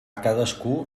cadascú